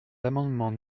l’amendement